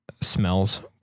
smells